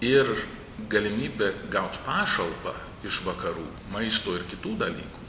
ir galimybė gaut pašalpą iš vakarų maisto ir kitų dalykų